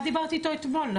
את דיברת איתו אתמול.